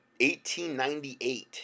1898